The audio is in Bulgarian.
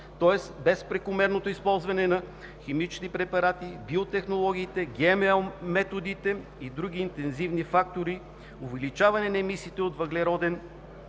тоест без прекомерното използване на химични препарати, биотехнологиите, ГМО методите и други интензивни фактори, увеличаване на емисиите от въглероден